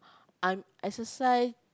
I'm exercise